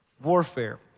warfare